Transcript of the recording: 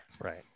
right